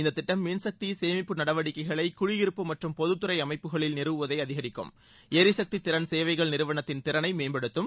இந்த திட்டம் மின்சக்தி சேமிப்பு நடவடிக்கைகளை குடியிருப்பு மற்றும் பொதுத்துறை அமைப்புகளில் நிறுவுவதை அதிகரிக்கும் எரிசக்தி திறன் சேவைகள் நிறுவளத்தின் திறனை மேம்படுத்தும்